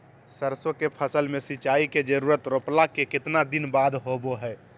सरसों के फसल में सिंचाई के जरूरत रोपला के कितना दिन बाद होबो हय?